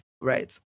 right